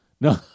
No